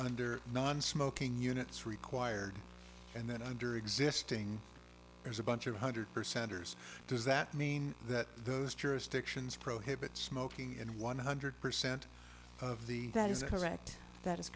under nonsmoking units required and then under existing there's a bunch of hundred percent hers does that mean that those jurisdictions prohibit smoking and one hundred percent of the that is correct that is